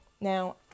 Now